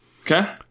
Okay